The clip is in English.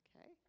Okay